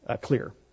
clear